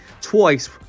twice